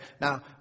now